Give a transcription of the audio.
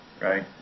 right